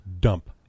dump